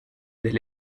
del